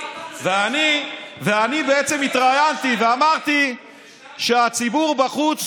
ואני בעצם התראיינתי ואמרתי שהציבור בחוץ,